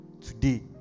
today